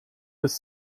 bis